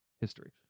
history